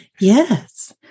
Yes